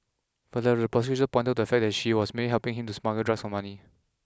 further the prosecution pointed to the fact that she was merely helping him smuggle drugs for money